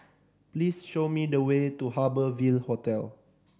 please show me the way to Harbour Ville Hotel